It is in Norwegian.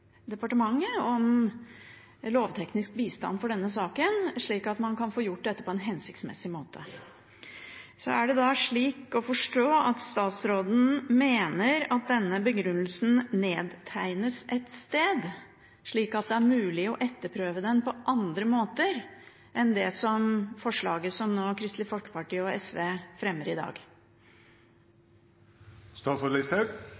departementet om lovteknisk bistand for denne saken, slik at man kan få gjort dette på en hensiktsmessig måte. Er det da slik å forstå at statsråden mener at denne begrunnelsen nedtegnes et sted, slik at det er mulig å etterprøve den på andre måter enn det som forslaget som Kristelig Folkeparti og SV fremmer i